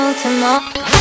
tomorrow